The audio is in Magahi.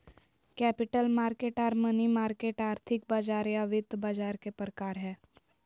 कैपिटल मार्केट आर मनी मार्केट आर्थिक बाजार या वित्त बाजार के प्रकार हय